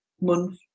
month